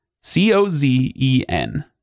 C-O-Z-E-N